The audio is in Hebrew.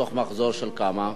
מתוך מחזור של כמה?